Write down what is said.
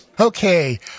Okay